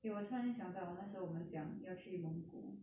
eh 我突然间想到那时候我们讲要去蒙古